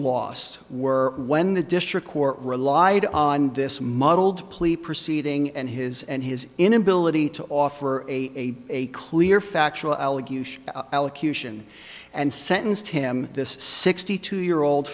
lost were when the district court relied on this muddled plea proceeding and his and his inability to offer a a clear factual allocution elocution and sentenced him this sixty two year old